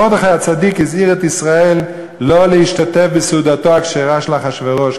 מרדכי הצדיק הזהיר את ישראל לא להשתתף בסעודתו הכשרה של אחשוורוש,